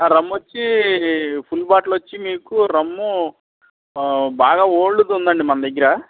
రమ్ వచ్చి full bottle వచ్చి rum బాగా ఓల్డ్ది ఉండండి మన దగ్గరా